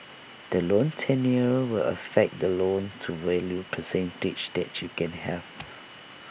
the loan tenure will affect the loan to value percentage that you can have